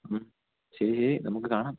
മ്മ് ശരി ശരി നമുക്ക് കാണാം